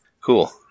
cool